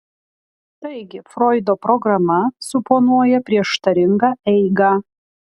taigi froido programa suponuoja prieštaringą eigą